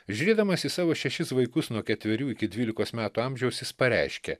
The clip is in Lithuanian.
žiūrėdamas į savo šešis vaikus nuo ketverių iki dvylikos metų amžiaus jis pareiškė